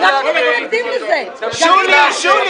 בבקשה, תמשיך.